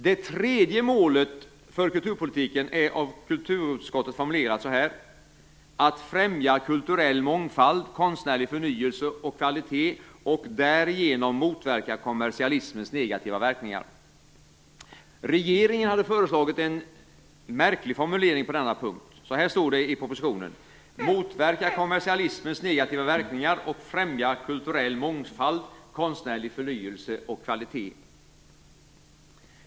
Det tredje målet för kulturpolitiken är av kulturutskottet formulerat så här: "att främja kulturell mångfald, konstnärlig förnyelse och kvalitet och därigenom motverka kommersialismens negativa verkningar". Regeringen hade föreslagit en märklig formulering på denna punkt. Så här står det i propositionen: "motverka kommersialismens negativa verkningar och främja kulturell mångfald, konstnärlig förnyelse och kvalitet".